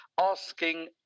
asking